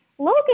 Logan